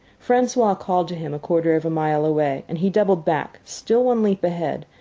francois called to him a quarter of a mile away and he doubled back, still one leap ahead,